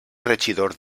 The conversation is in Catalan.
regidor